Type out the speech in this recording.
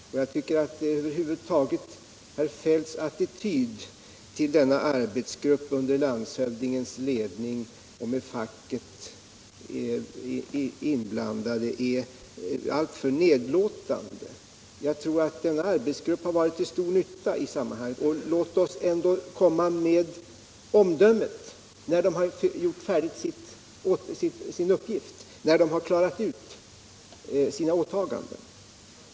Jag tycker att herr Feldts attityd till denna arbetsgrupp under landshövdingens ledning och där facket är med är alltför nedlåtande. Jag tror att denna arbetsgrupp har varit till stor nytta i sammanhanget. Låt oss komma med ett omdöme när arbetsgruppen är klar med sina åtaganden.